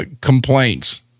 complaints